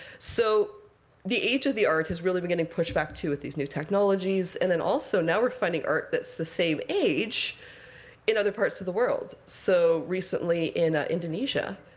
so the age of the art has really been getting pushed back, too, with these new technologies. and then, also, now we're finding art that's the same age in other parts of the world. so recently in ah indonesia,